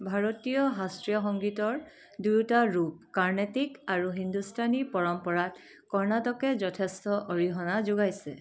ভাৰতীয় শাস্ত্ৰীয় সংগীতৰ দুয়োটা ৰূপ কাৰ্ণেটিক আৰু হিন্দুস্তানী পৰম্পৰাত কৰ্ণাটকে যথেষ্ট অৰিহণা যোগাইছে